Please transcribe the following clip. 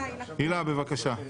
הילה, בבקשה.